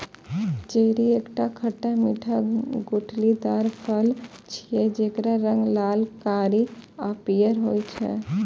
cherry एकटा खट्टा मीठा गुठलीदार फल छियै, जेकर रंग लाल, कारी आ पीयर होइ छै